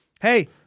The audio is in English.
Hey